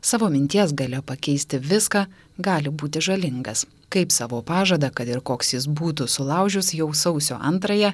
savo minties galia pakeisti viską gali būti žalingas kaip savo pažadą kad ir koks jis būtų sulaužius jau sausio antrąją